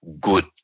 good